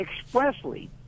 expressly